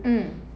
mm